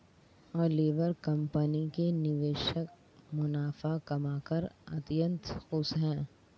Oliver company के निवेशक मुनाफा कमाकर अत्यंत खुश हैं